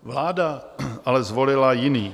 Vláda ale zvolila jiný.